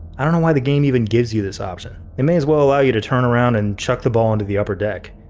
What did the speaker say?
i don't know why the game even gives you this option. they may as well allow you to turn around and chuck the ball into the upper deck.